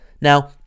Now